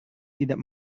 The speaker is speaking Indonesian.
tidak